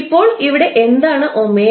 ഇപ്പോൾ ഇവിടെ എന്താണ് 𝜔